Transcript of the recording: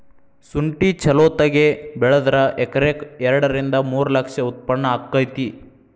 ಸುಂಠಿ ಚಲೋತಗೆ ಬೆಳದ್ರ ಎಕರೆಕ ಎರಡ ರಿಂದ ಮೂರ ಲಕ್ಷ ಉತ್ಪನ್ನ ಅಕೈತಿ